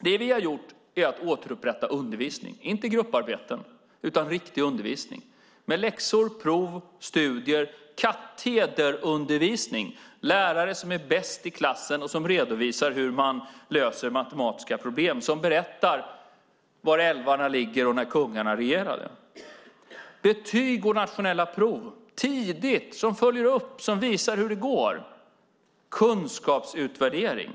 Det som vi har gjort är att återupprätta undervisning, inte grupparbeten utan riktig undervisning, med läxor, prov, studier, alltså katederundervisning. Det ska vara lärare som är bäst i klassen och som redovisar hur man löser matematiska problem och som berättar var älvarna ligger och när kungarna regerade. Det ska vara betyg och nationella prov tidigt som följer upp och som visar hur det går - kunskapsutvärdering.